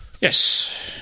yes